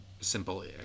simple